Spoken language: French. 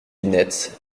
lunettes